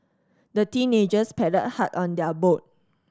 the teenagers paddled hard on their boat